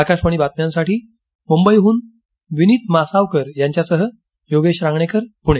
आकाशवाणी बातम्यासाठी मुंबईहन विनित मासावकर यांच्यासह योगेश रागणेकर पुणे